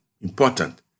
important